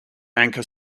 anchor